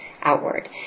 outward